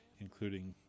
including